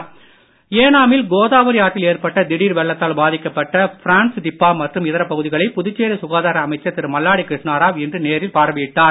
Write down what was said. ஏனாம் ஏனாமில் கோதாவரி ஆற்றில் ஏற்பட்ட திடீர் வெள்ளத்தால் பாதிக்கப்பட்ட பிரான்ஸ்திப்பா மற்றும் இதர பகுதிகளை புதுச்சேரி சுகாதார அமைச்சர் திரு மல்லாடி கிருஷ்ணராவ் இன்று நேரில் பார்வையிட்டார்